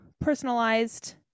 personalized